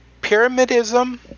pyramidism